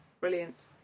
brilliant